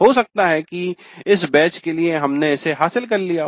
हो सकता है कि इस बैच के लिए हमने इसे हासिल कर लिया हो